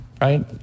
right